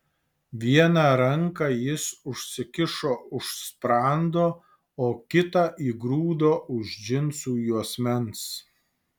vieną ranką jis užsikišo už sprando o kitą įgrūdo už džinsų juosmens